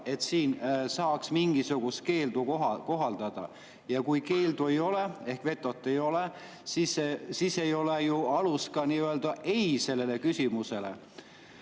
et siin saaks mingisugust keeldu kohaldada. Kui keeldu ei ole ehk vetot ei ole, siis ei ole ju alust ka öelda ei sellele [soovile].